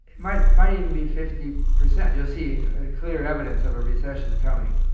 might might even be fifty percent. you'll see clear evidence of a recession coming.